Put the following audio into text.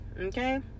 okay